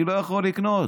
אני לא יכול לקנות.